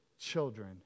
children